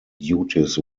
duties